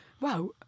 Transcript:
wow